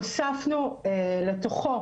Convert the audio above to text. הוספנו לתוכו